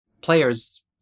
Players